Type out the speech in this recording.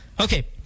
Okay